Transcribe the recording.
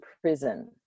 prison